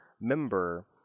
member